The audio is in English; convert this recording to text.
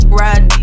ride